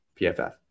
PFF